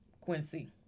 Quincy